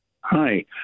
Hi